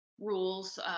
rules